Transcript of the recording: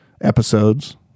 episodes